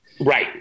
Right